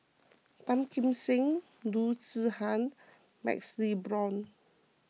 Tan Kim Seng Loo Zihan MaxLe Blond